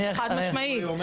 חד משמעית.